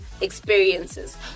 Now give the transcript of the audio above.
experiences